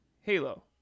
Halo